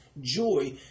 joy